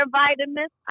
vitamins